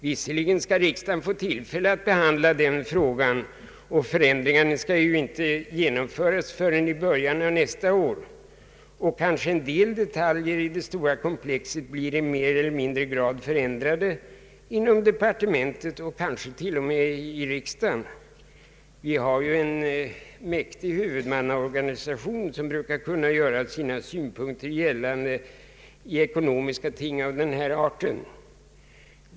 Visserligen skall riksdagen få tillfälle att behandla den frågan, och förändringarna skall ju inte genomföras förrän i början av nästa år. Kanske en del detaljer i det stora komplexet blir mer eller mindre förändrade inom departementet, och kanske till och med i riksdagen. Vi har ju en mäktig huvudmannaorganisation som brukar kunna göra sina synpunkter gällande i ekonomiska ting av denna art.